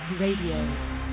Radio